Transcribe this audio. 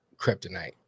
kryptonite